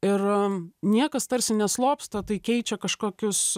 ir niekas tarsi neslopsta tai keičia kažkokius